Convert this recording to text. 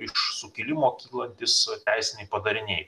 iš sukilimo kylantys teisiniai padariniai